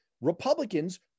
Republicans